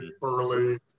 burly